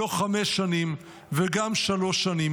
לא חמש שנים וגם לא שלוש שנים,